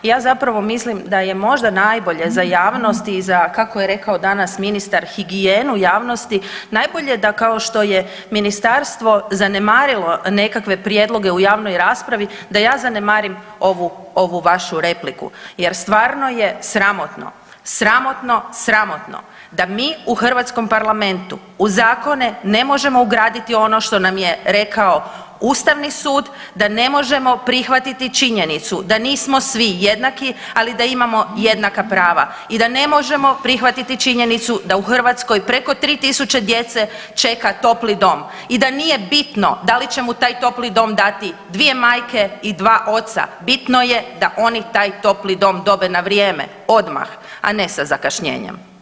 Ja zapravo mislim da je možda najbolje za javnost i kako je rekao danas ministar higijenu javnosti najbolje da kao što je ministarstvo zanemarilo nekakve prijedloge u javnoj raspravi da ja zanemarim ovu, ovu vašu repliku jer stvarno je sramotno, sramotno, sramotno da mi u hrvatskom parlamentu u zakone ne možemo ugraditi ono što nam je rekao ustavni sud da ne možemo prihvatiti činjenicu da nismo svi jednaki, ali da imamo jednaka prava i da ne možemo prihvatiti činjenicu da u Hrvatskoj preko 3000 čeka topli dom i da nije bitno da li će mu taj topli dom dati dvije majke i dva oca, bitno je da oni taj topli dom dobe na vrijeme, odmah, a ne sa zakašnjenjem.